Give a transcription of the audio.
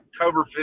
October